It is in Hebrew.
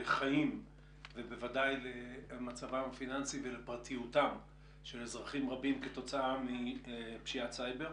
לחיים וכן למצב הפיננסי ולבריאות של אזרחים רבים כתוצאה מהתקפת סייבר.